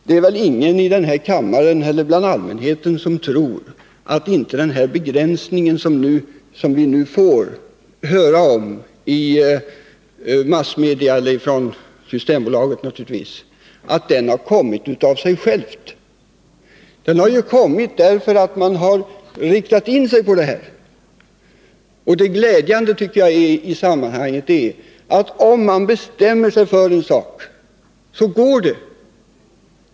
Det är väl ingen i den här kammaren eller bland allmänheten som tror att den begränsningen — som vi nu får höra om i massmedia och, naturligtvis, från Systembolaget — har kommit av sig själv. Den har kommit därför att man har riktat in sig på detta. Det glädjande i sammanhanget tycker jag är att om man bestämmer sig för en sak, så går det.